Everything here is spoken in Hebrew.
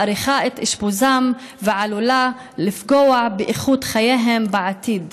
מאריכה את אשפוזם ועלולה לפגוע באיכות חייהם בעתיד.